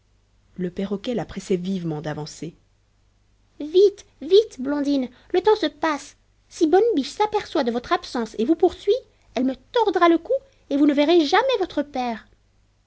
le perroquet la pressait vivement d'avancer vite vite blondine le temps se passe si bonne biche s'aperçoit de votre absence et vous poursuit elle me tordra le cou et vous ne verrez jamais votre père